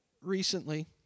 recently